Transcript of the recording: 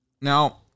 Now